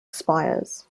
spires